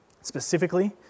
specifically